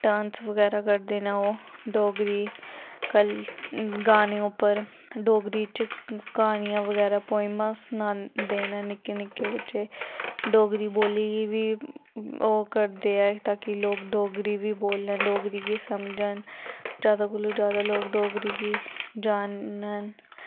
dance बगैरा करद न ओह् डोगरी गाने उप्पर डोगरी च क्हानियां बगैरा पोईमां सनांदे न निक्के निक्के बच्चे डोगरी बोली गी बी ओह् करदे ऐ ता कि लोग डोगरी बी बोलन डोगरी गी समझन जैदा कोला जैदा लोग डोगरी गी जानन